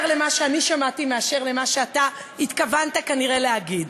למה שאני שמעתי ממה שאתה התכוונת כנראה להגיד.